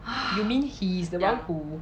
you mean he's the one who